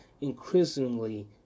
Increasingly